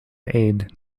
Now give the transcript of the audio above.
aid